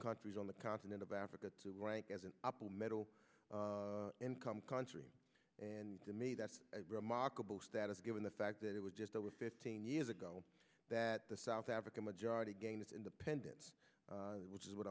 countries on the continent of africa to rank as an upper middle income country and to me that's a remarkable status given the fact that it was just over fifteen years ago that the south african majority gained its independence which is what